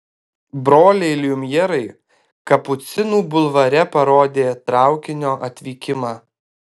broliai liumjerai kapucinų bulvare parodė traukinio atvykimą